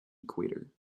equator